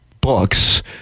books